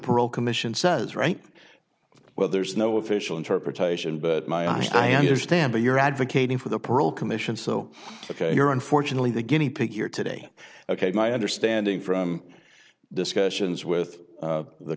parole commission says right well there's no official interpretation but my own i understand that you're advocating for the parole commission so ok you're unfortunately the guinea pig here today ok my understanding from discussions with